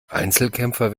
einzelkämpfer